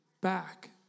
back